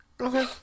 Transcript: Okay